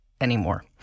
anymore